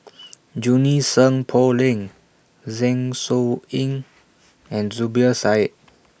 Junie Sng Poh Leng Zeng Shouyin and Zubir Said